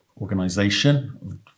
Organization